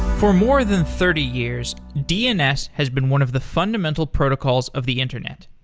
for more than thirty years, dns has been one of the fundamental protocols of the internet.